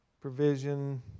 Provision